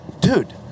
dude